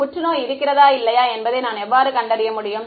புற்றுநோய் இருக்கிறதா இல்லையா என்பதை நான் எவ்வாறு கண்டறிய முடியும்